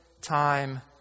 time